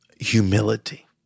humility